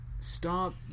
stop